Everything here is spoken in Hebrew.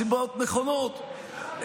מסיבות נכונות.